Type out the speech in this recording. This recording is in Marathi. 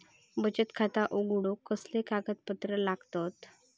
बचत खाता उघडूक कसले कागदपत्र लागतत?